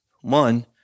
one